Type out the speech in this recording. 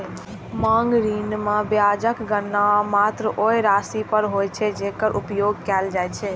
मांग ऋण मे ब्याजक गणना मात्र ओइ राशि पर होइ छै, जेकर उपयोग कैल जाइ छै